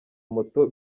moto